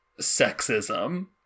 sexism